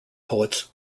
poets